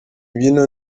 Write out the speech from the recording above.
mbyino